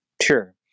Sure